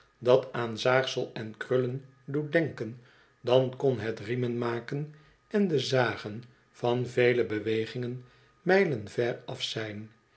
dat aan zaagsel en krullen doet denken dan kon het riemenmaken en de zagen van vele bewegingen mijlen ver af zijn